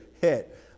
hit